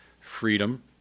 freedom